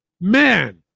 Man